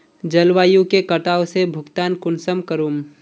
जलवायु के कटाव से भुगतान कुंसम करूम?